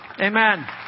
Amen